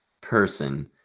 person